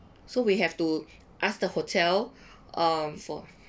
so we have to ask the hotel um for